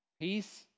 Peace